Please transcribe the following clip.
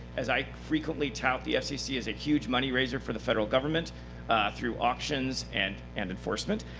as i frequently tout, the fcc is a huge money raiser for the federal government through auctions and and enforcement,